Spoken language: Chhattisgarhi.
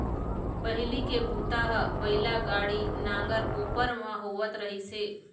पहिली के बूता ह बइला गाड़ी, नांगर, कोपर म होवत रहिस हे